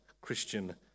Christian